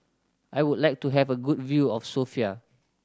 I would like to have a good view of Sofia